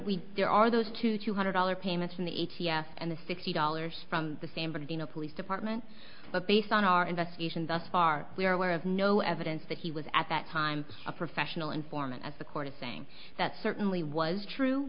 week there are those two hundred dollars payments from the a t f and the sixty dollars from the same bernardino police department but based on our investigation thus far we are aware of no evidence that he was at that time a professional informant as the court is saying that certainly was true